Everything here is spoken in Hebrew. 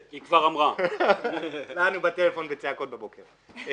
רינה כבר אמרה לנו בטלפון בצעקות בבוקר.